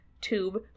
tube